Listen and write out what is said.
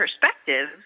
perspective